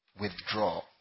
withdraw